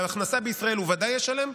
על ההכנסה בישראל הוא בוודאי ישלם,